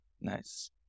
Nice